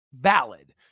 valid